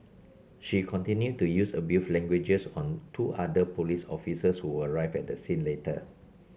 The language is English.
she continued to use abusive language on two other police officers who arrived at the scene later